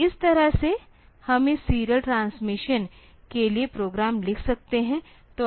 तो इस तरह से हम इस सीरियल ट्रांसमिशन के लिए प्रोग्राम लिख सकते हैं